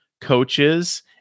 coaches